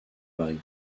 paris